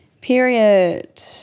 Period